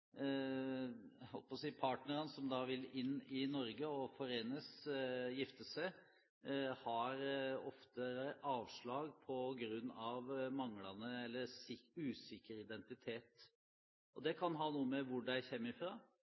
partnerne som vil inn i Norge og forenes, eller gifte seg, ofte har fått avslag på grunn av manglende eller usikker identitet. Det kan ha noe å gjøre med hvor de